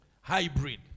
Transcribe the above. hybrid